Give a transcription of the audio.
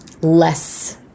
less